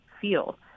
feel